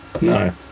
No